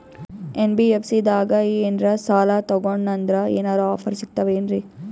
NBFC ದಾಗ ಏನ್ರ ಸಾಲ ತೊಗೊಂಡ್ನಂದರ ಏನರ ಆಫರ್ ಸಿಗ್ತಾವೇನ್ರಿ?